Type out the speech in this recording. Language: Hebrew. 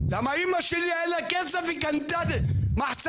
למה אמא שלי היה לה כסף היא קנתה מחסנים,